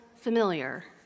familiar